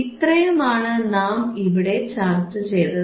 ഇത്രയുമാണ് നാം ഇവിടെ ചർച്ച ചെയ്തത്